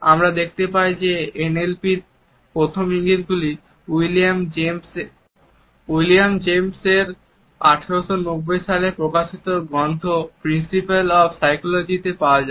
আমরা দেখতে পাই যে এনএলপি র প্রথম ইঙ্গিতগুলি উইলিয়াম জেমস এর 1890 সালে প্রকাশিত গ্রন্থ প্রিন্সিপাল অফ সাইকোলজিতে পাওয়া যায়